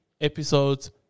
episodes